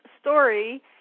story